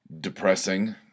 depressing